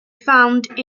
found